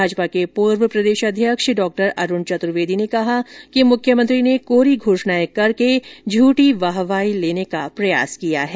भाजपा े के पूर्व प्रदेशाध्यक्ष डॉ अरुण चतुर्वेदी ने कहा कि मुख्यमंत्री ने कोरी घोषणाएं करके झूठी वाहवाही लेने का प्रयास किया है